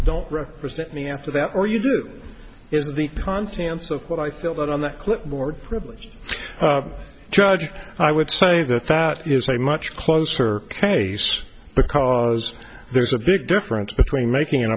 don't represent me after that or you do is the contents of what i filled out on the clipboard privilege judge i would say that that is a much closer case because there's a big difference between making an